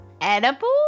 edible